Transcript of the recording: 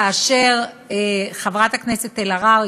כאשר חברת הכנסת אלהרר,